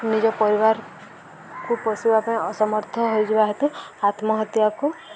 ନିଜ ପରିବାରକୁ ପୋଷିବା ପାଇଁ ଅସମର୍ଥ ହୋଇଯିବା ହେତୁ ଆତ୍ମହତ୍ୟାକୁ